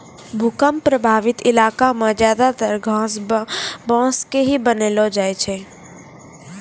भूकंप प्रभावित इलाका मॅ ज्यादातर घर बांस के ही बनैलो जाय छै